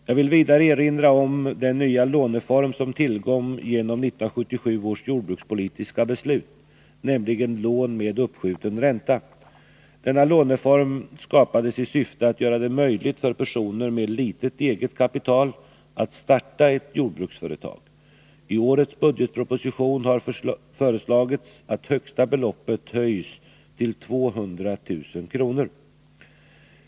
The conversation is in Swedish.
Jag vill vidare erinra om den nya låneform som tillkom genom 1977 års jordbrukspolitiska beslut, nämligen lån med uppskjuten ränta. Denna låneform skapades i syfte att göra det möjligt för personer med litet eget kapital att starta ett jordbruksföretag. I årets budgetproposition har föreslagits att högsta beloppet höjs till 200 000 kr.